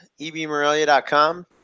ebmorelia.com